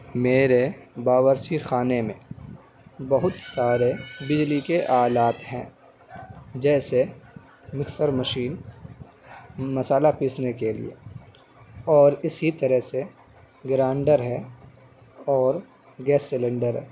میرے باورچی خانے میں بہت سارے ڈیلی کے آلات ہیں جیسے مکسر مشین مسالہ پیسنے کے لیے اور اسی طرح سے گرانڈر ہے اور گیس سلینڈر